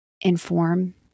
inform